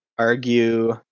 Argue